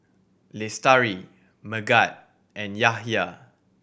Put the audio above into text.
Lestari Megat and Yahaya